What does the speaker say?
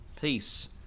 peace